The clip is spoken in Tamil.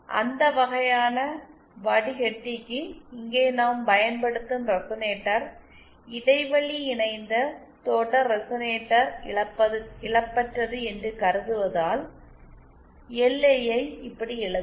அந்த வகையான வடிகட்டிக்கு இங்கே நாம் பயன்படுத்தும் ரெசனேட்டர் இடைவெளி இணைந்த தொடர் ரெசனேட்டர் இழப்பற்றது என்று கருதுவதால் எல்ஐ யை இப்படி எழுதலாம்